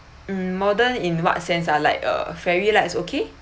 mm modern in what sense ah like err fairy lights okay